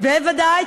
בוודאי.